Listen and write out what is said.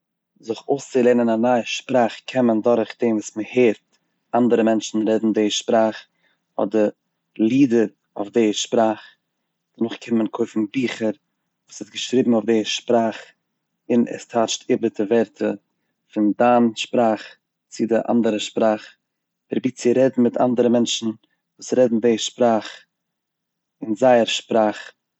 זיך אויסצולערנען א נייע שפראך קען מען דורך דעם וואס מען הערט אנדערע מענטשן רעדן די שפראך אדער לידער אויף די שפראך, און אויך קען מען קויפן ביכער וואס איז געשריבן אויף די שפראך און עס טייטשט איבער די ווערטער פון דיין שפראך צו די אנדערע שפראך, פראביר צו רעדן מיט אנדערע מענטשן וואס רעדן די שפראך אין זייער שפראך.